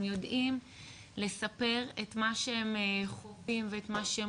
הם יודעים לספר את מה שהם חווים ואת מה שהם